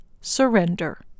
Surrender